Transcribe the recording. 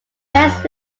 press